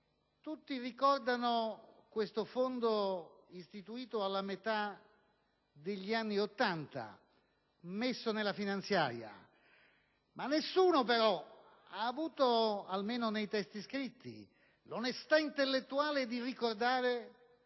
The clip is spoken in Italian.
Tutti ricordano questo Fondo istituito alla metà degli anni Ottanta e inserito nella finanziaria, ma nessuno ha avuto, almeno nei testi scritti, l'onestà intellettuale di ricordare